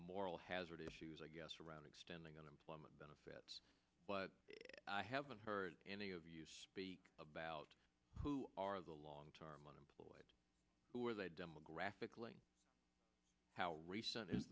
moral hazard issues i guess around extending unemployment benefits but i haven't heard any of you speak about who are the long term unemployed who are they demographically how recent is